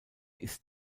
ist